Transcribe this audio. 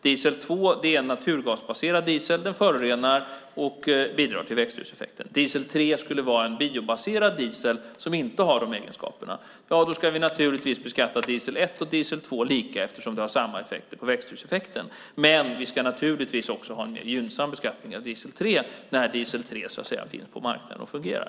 Diesel 2 är naturgasbaserad diesel. Den förorenar och bidrar till växthuseffekten. Diesel 3 skulle vara en biobaserad diesel som inte har de egenskaperna. Då ska vi naturligtvis beskatta diesel 1 och diesel 2 lika eftersom de har samma effekter på växthuseffekten. Men vi ska naturligtvis ha en mer gynnsam beskattning av diesel 3 när diesel 3 finns på marknaden och fungerar.